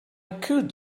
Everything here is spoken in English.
could